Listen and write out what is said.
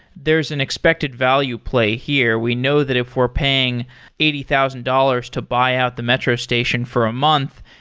there's an expected value play here. we know that if we're paying eighty thousand dollars to buy out the metro station for a month,